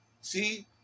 See